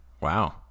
Wow